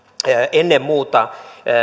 ennen muuta